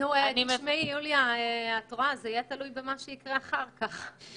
זה יהיה תלוי במה שיקרה אחר כך.